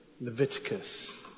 Leviticus